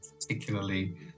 particularly